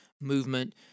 movement